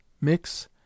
Mix